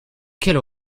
quelle